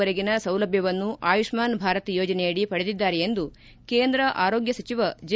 ವರೆಗಿನ ಸೌಲಭ್ಣವನ್ನು ಆಯುಷ್ಣಾನ್ ಭಾರತ್ ಯೋಜನೆಯಡಿ ಪಡೆದಿದ್ದಾರೆ ಎಂದು ಕೇಂದ್ರ ಆರೋಗ್ಣ ಸಚಿವ ಜೆ